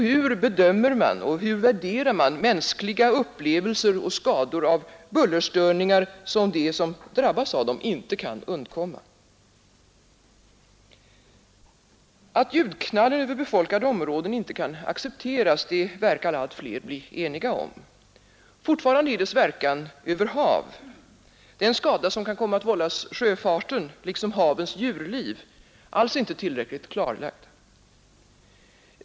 Hur bedömer och värderar man mänskliga upplevelser och skador av bullerstörningar som de som drabbas av dem inte kan undkomma? Att ljudknallen över befolkade områden icke kan accepteras verkar allt fler bli eniga om. Fortfarande är dess verkan över hav, den skada som kan komma att vållas sjöfarten liksom havens djurliv, alls inte tillräckligt klarlagd.